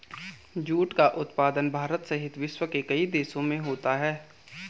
jute का उत्पादन भारत सहित विश्व के कई देशों में होता है